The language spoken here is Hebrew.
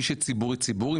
מי שציבורי זה ציבורי,